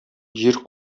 җир